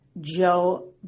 Joe